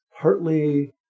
partly